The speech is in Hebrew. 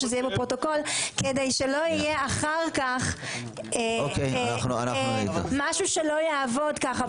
כדי שלא יהיה אחר-כך משהו שלא יעבוד ככה,